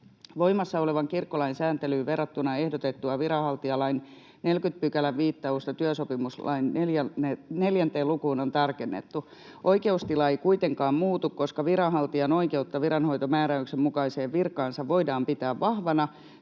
Voimassa olevaan kirkkolain sääntelyyn verrattuna ehdotettua viranhaltijalain 40 §:n viittausta työsopimuslain 4 lukuun on tarkennettu. Oikeustila ei kuitenkaan muutu, koska viranhaltijan oikeutta viranhoitomääräyksen mukaiseen virkaansa voidaan pitää vahvana